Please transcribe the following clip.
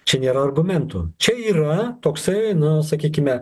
čia nėra argumentų čia yra toksai na sakykime